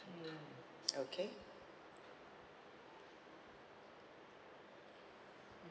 mm okay